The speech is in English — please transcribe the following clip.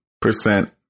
percent